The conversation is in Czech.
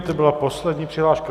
To byla poslední přihláška.